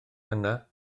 yna